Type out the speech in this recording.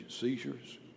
seizures